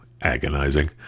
Agonizing